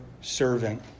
servant